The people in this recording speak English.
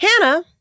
Hannah